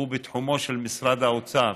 הוא בתחומו של משרד האוצר.